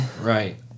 Right